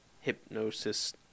hypnosis